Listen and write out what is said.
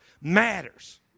matters